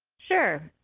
sure.